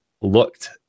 looked